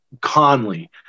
Conley